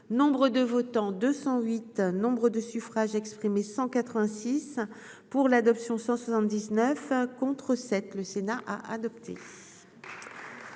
nombre de votants 208 Nombre de suffrages exprimés 186 pour l'adoption 179 contre cette, le Sénat a adopté.